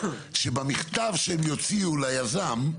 שבמכתב שהם יוציאו ליזם,